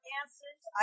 answers